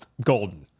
Golden